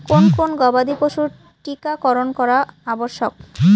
কোন কোন গবাদি পশুর টীকা করন করা আবশ্যক?